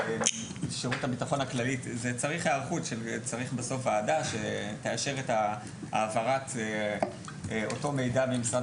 צריך בסוף ועדה שתאשר את העברת אותו מידע ממשרד